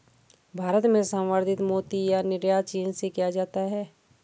भारत में संवर्धित मोती का निर्यात चीन से किया जाता है